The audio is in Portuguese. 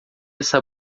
essa